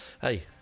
hey